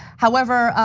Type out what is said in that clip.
however,